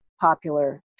popular